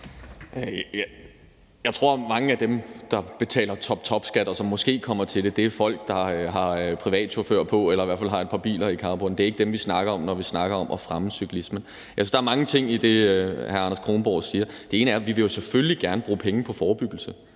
Jeg tror, at mange af dem, der betaler toptopskat, og som måske kommer til det, er folk, der har privatchauffør på eller i hvert fald har et par biler i carporten. Det er ikke dem, vi snakker om, når vi snakker om at fremme cyklisme. Jeg synes, der er mange ting i det, hr. Anders Kronborg siger. Det ene er, at vi jo selvfølgelig gerne vil bruge penge på forebyggelse,